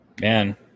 Man